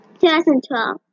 2012